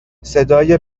صدای